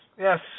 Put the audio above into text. Yes